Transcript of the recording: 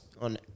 on